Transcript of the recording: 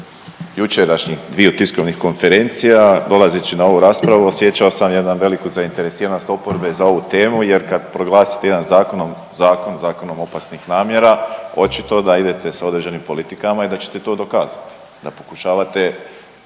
očito da idete s određenim politikama i da ćete to dokazati, da pokušavate